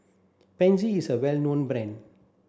Pansy is a well known brand